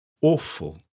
Awful